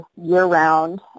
year-round